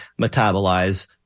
metabolize